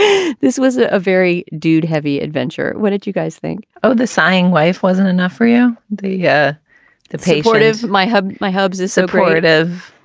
this was a very dude, heavy adventure what did you guys think of the sighing wife? wasn't enough for you. the yeah the patient is my hub. my hubs is so broad of.